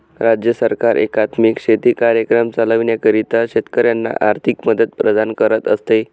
राज्य सरकार एकात्मिक शेती कार्यक्रम चालविण्याकरिता शेतकऱ्यांना आर्थिक मदत प्रदान करत असते